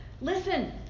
listen